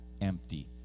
empty